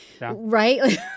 right